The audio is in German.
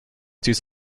dies